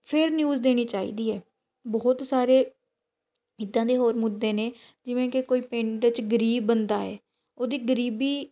ਫਿਰ ਨਿਊਜ਼ ਦੇਣੀ ਚਾਹੀਦੀ ਹੈ ਬਹੁਤ ਸਾਰੇ ਇੱਦਾਂ ਦੇ ਹੋਰ ਮੁੱਦੇ ਨੇ ਜਿਵੇਂ ਕਿ ਕੋਈ ਪਿੰਡ 'ਚ ਗਰੀਬ ਬੰਦਾ ਏ ਉਹਦੀ ਗਰੀਬੀ